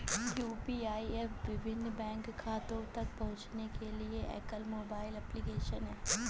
UPI app विभिन्न bank खातों तक पहुँचने के लिए एकल मोबाइल एप्लिकेशन है